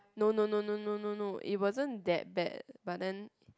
no no no no no no it wasn't that bad but then